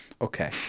okay